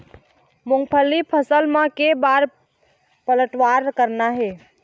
मूंगफली फसल म के बार पलटवार करना हे?